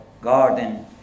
garden